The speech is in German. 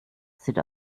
sieht